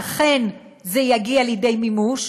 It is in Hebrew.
ואכן זה יגיע לידי מימוש.